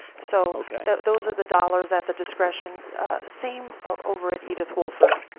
so those are the dollars at the discretion same over at edith wolford.